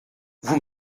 vous